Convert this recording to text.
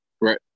Right